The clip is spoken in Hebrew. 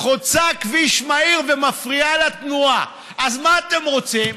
חוצה כביש מהיר ומפריעה לתנועה, אז מה אתם רוצים?